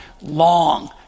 long